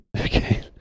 okay